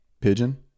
pigeon